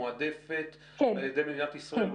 מועדפת על ידי מדינת ישראל?